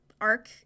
arc